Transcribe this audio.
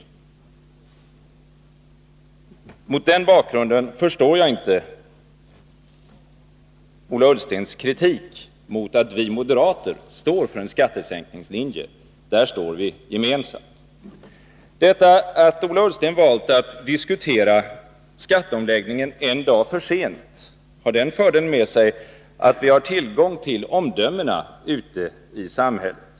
Mot den bakgrunden förstår jag inte Ola Ullstens kritik mot att vi moderater står för en skattesänkningslinje. Där står vi gemensamt. Att Ola Ullsten valt att diskutera skatteomläggningen en dag för sent har den fördelen med sig att vi har tillgång till omdömena ute i samhället.